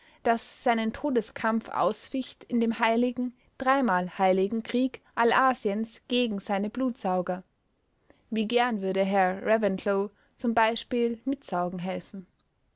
das seinen todeskampf ausficht in dem heiligen dreimal heiligen krieg allasiens gegen seine blutsauger wie gern würde herr reventlow zum beispiel mitsaugen helfen